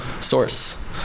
source